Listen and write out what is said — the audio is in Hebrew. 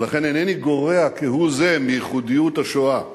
ולכן, אינני גורע כהוא זה מייחודיות השואה,